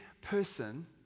person